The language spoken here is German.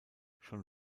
schon